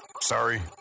Sorry